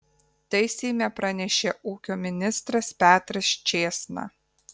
tai seime pranešė ūkio ministras petras čėsna